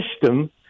system